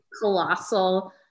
colossal